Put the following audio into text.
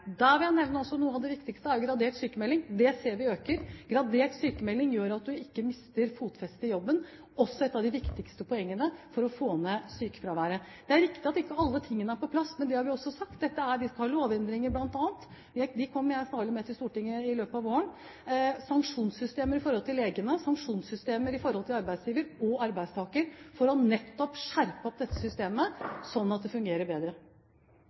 vil jeg nevne gradert sykmelding som noe av det viktigste. Det ser vi øker. Gradert sykmelding gjør at man ikke mister fotfestet i jobben – også et av de viktigste poengene for å få ned sykefraværet. Det er riktig at ikke alt er på plass, men det har vi også sagt. Vi skal bl.a. ha lovendringer – og dem kommer jeg til Stortinget med i løpet av våren – sanksjonssystemer overfor legene, sanksjonssystemer overfor arbeidsgiver og arbeidstaker for nettopp å skjerpe dette systemet sånn at det fungerer bedre.